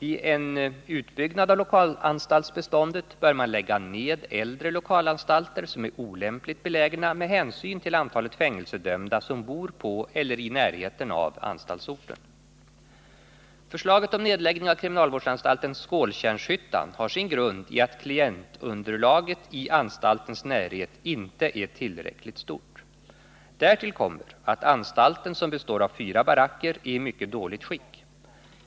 Vid en utbyggnad av lokalanstaltsbeståndet bör man lägga ned äldre lokalanstalter som är olämpligt belägna med hänsyn till antalet fängelsedömda som bor på eller i närheten av anstaltsorten. Förslaget om nedläggning av kriminalvårdsanstalten Skåltjärnshyttan har sin grund i att klientunderlaget i anstaltens närhet inte är tillräckligt stort. Därtill kommer att anstalten, som består av fyra baracker, är i mycket dåligt skick.